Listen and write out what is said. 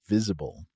Visible